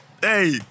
Hey